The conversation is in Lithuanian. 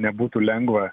nebūtų lengva